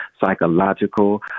psychological